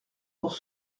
pour